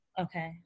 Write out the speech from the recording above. Okay